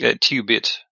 two-bit